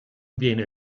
viene